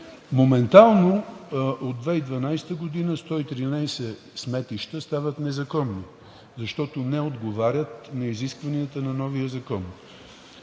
Моментално от 2012 г. 113 сметища стават незаконни, защото не отговарят на изискванията на новия закон.